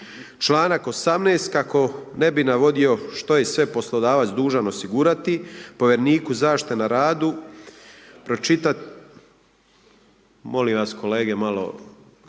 Članak 18. kako ne bih navodio što je sve poslodavac dužan osigurati, povjereniku zaštite na radu, pročitat. Molim vas kolege malo